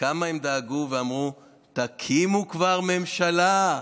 כמה הם דאגו ואמרו: תקימו כבר ממשלה,